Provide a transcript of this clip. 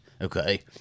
okay